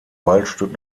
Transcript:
waldstück